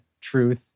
truth